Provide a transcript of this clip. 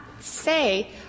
say